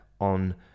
on